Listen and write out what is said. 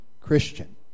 Christian